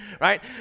right